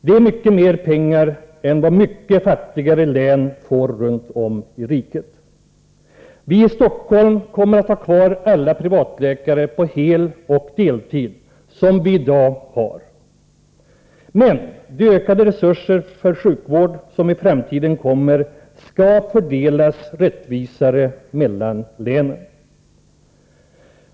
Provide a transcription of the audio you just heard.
Det är mycket mer pengar än vad mycket fattigare län runt om i riket får. —- Vi i Stockholm kommer att ha kvar alla privatläkare på heloch deltid som vi i dag har. — De ökade resurser för sjukvård, som i framtiden kommer, skall fördelas rättvisare mellan länen.